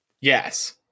Yes